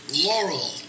Laurel